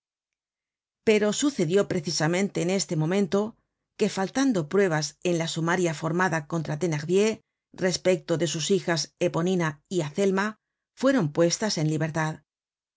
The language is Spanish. pero sucedió precisamente en este momento que faltando pruebas en la sumaria formada contra thenardier respecto de sus hijas eponina y azelma fueron puestas en libertad